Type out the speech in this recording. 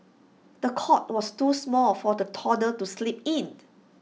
the cot was too small for the toddler to sleep in